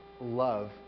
love